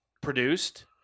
produced